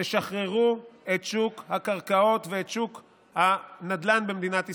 תשחררו את שוק הקרקעות ואת שוק הנדל"ן במדינת ישראל.